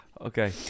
okay